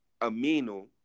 Amino